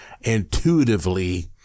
intuitively